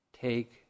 take